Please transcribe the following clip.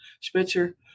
Spitzer